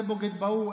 זה בוגד בהוא,